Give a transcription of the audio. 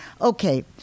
Okay